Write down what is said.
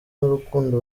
n’urukundo